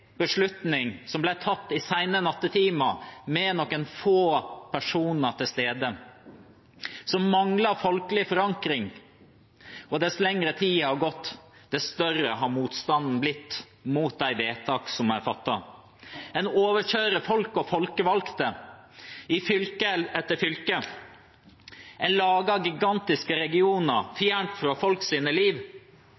beslutning som ble tatt i sene nattetimer med noen få personer til stede, som mangler folkelig forankring, og jo lengre tid som har gått, dess større har motstanden blitt mot de vedtakene som er fattet. En overkjører folk og folkevalgte i fylke etter fylke, en lager gigantiske regioner